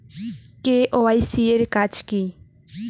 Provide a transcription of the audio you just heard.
KYC এর কাজ কি?